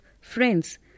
friends